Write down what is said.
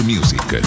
Music